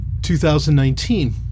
2019